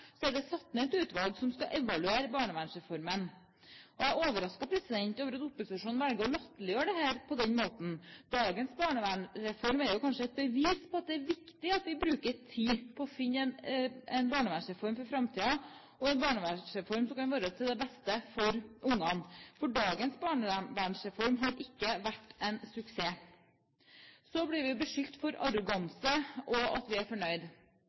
det er satt ned et utvalg som skal evaluere barnevernsreformen. Jeg er overrasket over at opposisjonen velger å latterliggjøre dette på den måten. Dagens barnevernsreform er jo kanskje et bevis på at det er viktig at vi bruker tid på å komme fram til en barnevernsreform for framtiden, en barnevernsreform til beste for ungene, for dagens barnevernsreform har ikke vært en suksess. Så blir vi beskyldt for arroganse, og at vi er fornøyd.